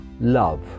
Love